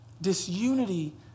Disunity